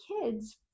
kids